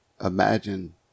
imagine